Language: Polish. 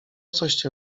coście